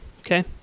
Okay